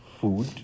food